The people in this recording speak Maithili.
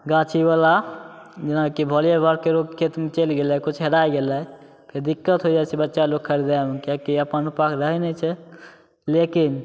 गाछीवला जेनाकि वॉलिएबॉल ककरो खेतमे चलि गेलै किछु हेरा गेलै फेर दिक्कत हो जाइ छै बच्चालोक खरिदैमे किएकि अप्पन उपाय रहै नहि छै लेकिन